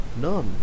None